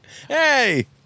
Hey